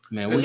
Man